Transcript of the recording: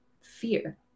fear